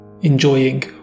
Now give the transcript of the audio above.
enjoying